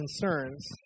concerns